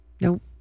Nope